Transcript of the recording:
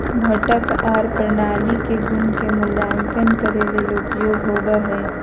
घटक आर प्रणाली के गुण के मूल्यांकन करे ले उपयोग होवई हई